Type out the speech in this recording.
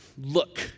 Look